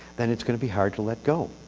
then it's going to be hard to let go.